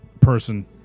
person